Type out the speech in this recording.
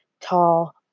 tall